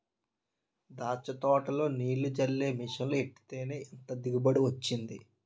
దాచ్చ తోటలో నీల్లు జల్లే మిసన్లు ఎట్టేత్తేనే ఇంత దిగుబడి వొచ్చింది